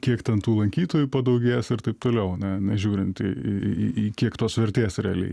kiek ten tų lankytojų padaugės ir taip toliau ne nežiūrint į į į į į kiek tos vertės realiai